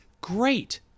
great